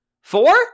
four